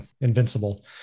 Invincible